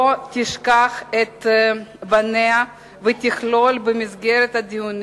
לא תשכח את בניה ותכלול במסגרת הדיונים